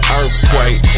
earthquake